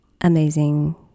amazing